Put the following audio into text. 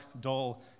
dull